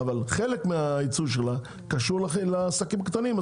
אבל חלק מהייצור שלה קשור לעסקים הקטנים.